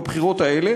בבחירות האלה